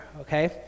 okay